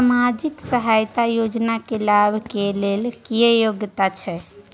सामाजिक सहायता योजना के लाभ के लेल की योग्यता छै?